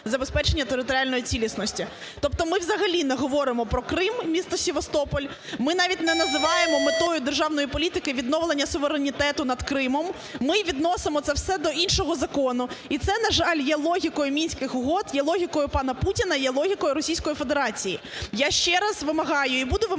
забезпечення територіальної цілісності." Тобто ми взагалі не говоримо про Крим, місто Севастополь. Ми навіть не називаємо метою державної політики відновлення суверенітету над Кримом. Ми відносимо це все до іншого закону. І це, на жаль, є логікою Мінських угод, є логікою пана Путіна, є логікою Російської Федерації. Я ще раз вимагаю і буду вимагати